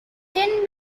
ten